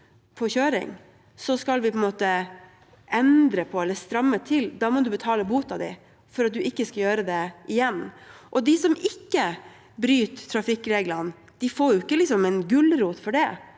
fyllekjøring, skal vi på en måte endre eller stramme til. Da må man betale boten sin for at man ikke skal gjøre det igjen. De som ikke bryter trafikkreglene, får heller ikke en gulrot for det,